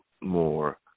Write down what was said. more